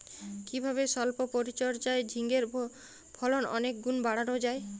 কিভাবে সল্প পরিচর্যায় ঝিঙ্গের ফলন কয়েক গুণ বাড়ানো যায়?